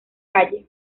calle